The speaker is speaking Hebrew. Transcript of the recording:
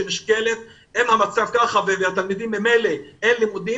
אם המצב הוא כזה וממילא אין לימודים